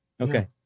okay